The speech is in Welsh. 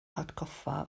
hatgoffa